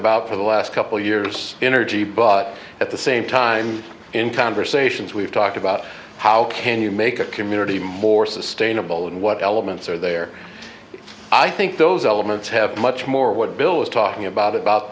about for the last couple years energy but at the same time in conversations we've talked about how can you make a community more sustainable and what elements are there i think those elements have much more what bill is talking about about